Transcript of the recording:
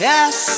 Yes